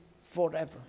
forever